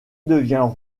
devient